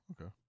okay